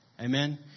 Amen